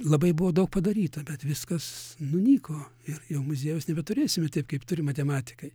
labai buvo daug padaryta bet viskas nunyko ir jau muziejaus nebeturėsime teip kaip turi matematikai